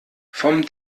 vom